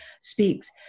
speaks